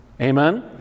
Amen